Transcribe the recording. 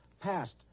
passed